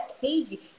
cagey